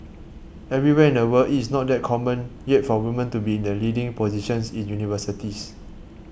everywhere in the world it is not that common yet for women to be in the leading positions in universities